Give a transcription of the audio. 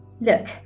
Look